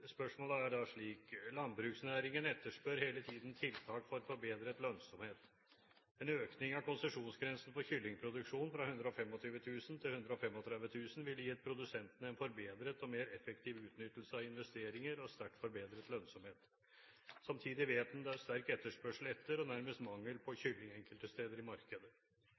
Spørsmålet er: «Landbruksnæringen etterspør hele tiden tiltak for forbedret lønnsomhet. En økning av konsesjonsgrensen for kyllingproduksjon fra 125 000 til 135 000 ville gitt produsentene en forbedret og mer effektiv utnyttelse av investeringer og sterkt forbedret lønnsomhet. Samtidig vet en det er sterk etterspørsel etter og nærmest mangel på kylling enkelte steder i markedet.